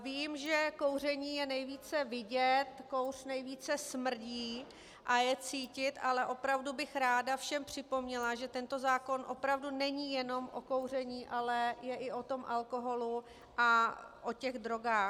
Vím, že kouření je nejvíce vidět, kouř nejvíce smrdí a je cítit, ale opravdu bych ráda všem připomněla, že tento zákon opravdu není jenom o kouření, ale je i tom alkoholu a o drogách.